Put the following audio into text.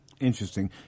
Interesting